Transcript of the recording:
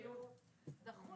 הכשרה